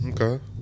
Okay